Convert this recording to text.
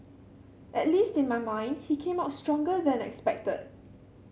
at least in my mind he came out stronger than expected